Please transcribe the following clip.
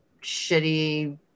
shitty